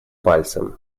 пальцем